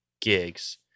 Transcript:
gigs